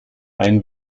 ein